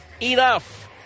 enough